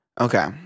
Okay